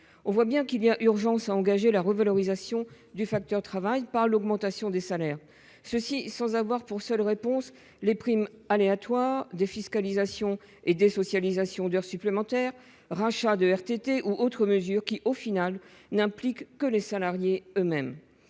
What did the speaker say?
On voit bien qu'il y a urgence à engager la revalorisation du facteur travail par l'augmentation des salaires, et ce sans avoir pour seule réponse des primes aléatoires, la défiscalisation et la désocialisation d'heures supplémentaires, les rachats de RTT ou d'autres mesures qui, au final, n'impliquent que les salariés eux-mêmes.